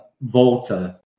Volta